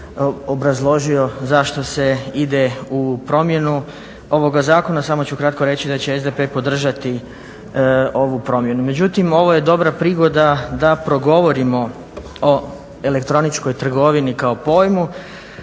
obrazložio zašto se ide u promjenu ovoga zakona, samo ću kratko reći da će SDP podržati ovu promjenu. Međutim ovo je dobra prigoda da progovorimo o elektroničkoj trgovini kao pojmu,